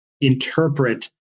interpret